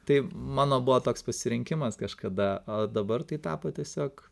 tai mano buvo toks pasirinkimas kažkada o dabar tai tapo tiesiog